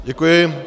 Děkuji.